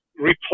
replace